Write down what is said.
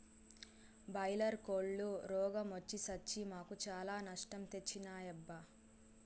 boiler కోల్లు రోగ మొచ్చి సచ్చి మాకు చాలా నష్టం తెచ్చినాయబ్బా